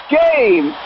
game